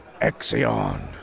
Exion